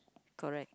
correct